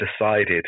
decided